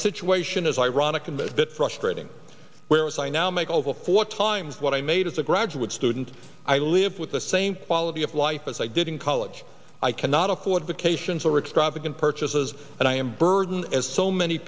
situation is ironic i'm a bit frustrating where as i now make all the four times what i made as a graduate student i live with the same quality of life as i did in college i cannot afford the cations or extravagant purchases and i am burden as so many